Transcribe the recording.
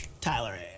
Tyler